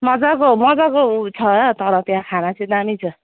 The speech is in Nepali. मजाको मजाको उयो छ तर त्यहाँ खाना चाहिँ दामी छ